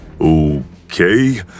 Okay